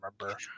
remember